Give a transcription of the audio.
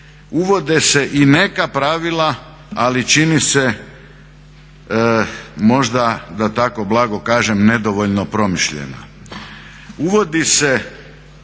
uvode se i neka pravila, ali čin se možda da tako blago kažem nedovoljno promišljena. Uvodi se